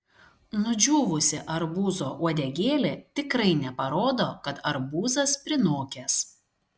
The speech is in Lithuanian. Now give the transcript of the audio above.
nudžiūvusi arbūzo uodegėlė tikrai neparodo kad arbūzas prinokęs